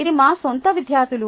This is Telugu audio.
ఇది మా సొంత విద్యార్థులు